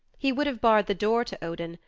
he would have barred the door to odin,